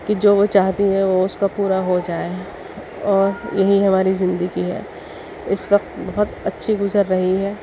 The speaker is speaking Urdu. کہ جو وہ چاہتی ہے وہ اس کا پورا ہو جائے اور یہی ہماری زندگی ہے اس وقت بہت اچّھی گزر رہی ہے